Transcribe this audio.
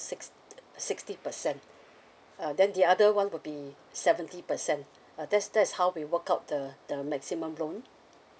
six sixty percent uh then the other one will be seventy percent uh that's that's how we work out the the maximum loan